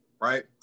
Right